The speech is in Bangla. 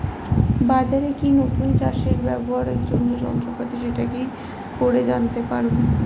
বাজারে কি নতুন চাষে ব্যবহারের জন্য যন্ত্রপাতি সেটা কি করে জানতে পারব?